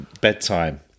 bedtime